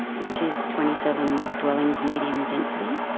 which is twenty seven dwellings, medium density.